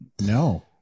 No